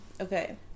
Okay